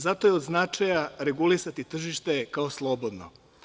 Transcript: Zato je od značaja regulisati tržište kao slobodno.